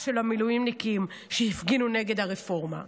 של המילואימניקים שהפגינו נגד הרפורמה?